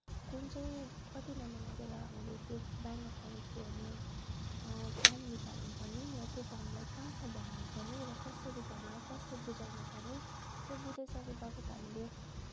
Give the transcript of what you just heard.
कुन चाहिँ कति नम्बरमा गएर हामीले त्यो ब्याङ्क एकाउन्ट खोल्ने फर्म निकाल्नु पर्ने त्यो फर्मलाई कहाँ कहाँ भर्न पर्ने र कसरी भरेर कसलाई बुझाउन पर्ने त्यो बुझाइसके बापत हामीले